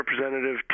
representative